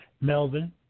Melvin